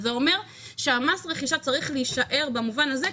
זה אומר שמס הרכישה צריך להישאר במובן הזה,